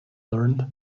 learned